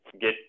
get